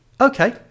Okay